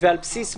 ועל בסיס מה?